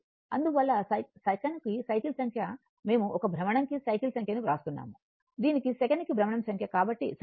అందువల్ల సెకనుకు సైకిల్ సంఖ్య మేము ఒక భ్రమణం కి సైకిల్స్ సంఖ్యను వ్రాస్తున్నాము దీనికి సెకనుకు భ్రమణం సంఖ్య కాబట్టి సరైనది